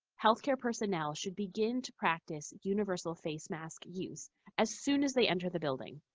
healthcare personnel should begin to practice universal face mask use as soon as they enter the building.